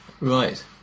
Right